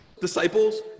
disciples